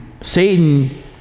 Satan